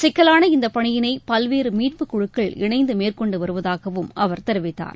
சிக்கலான இந்தப் பணியினை பல்வேறு மீட்புக் குழுக்கள் இணைந்து மேற்கொண்டு வருவதாகவும் அவர் தெரிவித்தார்